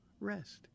rest